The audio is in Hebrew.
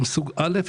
אלא סוג א',